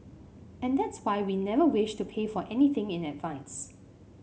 and that's why we never wished to pay for anything in advance